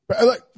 Look